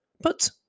But